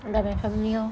like my family lor